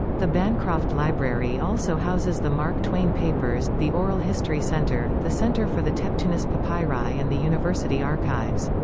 the bancroft library also houses the mark twain papers, the oral history center, the center for the tebtunis papyri and the university archives.